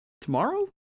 tomorrow